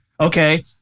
okay